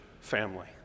family